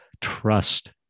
trust